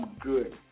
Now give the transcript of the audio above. good